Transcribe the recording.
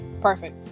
Perfect